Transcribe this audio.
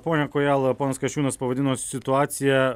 pone kojala ponas kasčiūnas pavadino situaciją